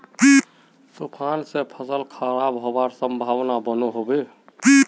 तूफान से फसल खराब होबार संभावना बनो होबे?